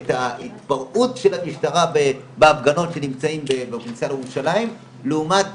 את ההתפרעות של המשטרה בהפגנות בכניסה לירושלים לעומת